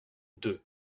deux